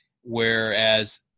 whereas